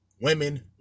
Women